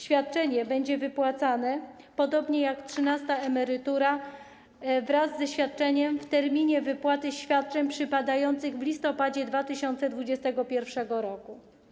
Świadczenie będzie wypłacane, podobnie jak trzynasta emerytura, wraz ze świadczeniem w terminie wypłaty świadczeń przypadającym w listopadzie 2021 r.